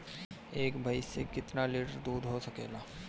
एक भइस से कितना लिटर दूध हो सकेला?